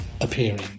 appearing